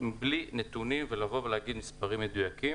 מבלי נתונים ולבוא ולהגיד מספרים מדויקים.